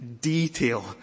detail